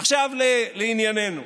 עכשיו לענייננו.